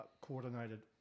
coordinated